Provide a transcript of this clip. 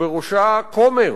ובראשה כומר,